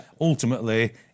Ultimately